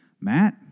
Matt